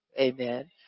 Amen